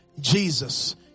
Jesus